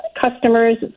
customers